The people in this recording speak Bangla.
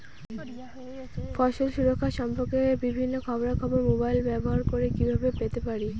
ফসলের সুরক্ষা সম্পর্কে বিভিন্ন খবরা খবর মোবাইল ব্যবহার করে কিভাবে পেতে পারি?